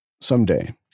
someday